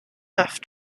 have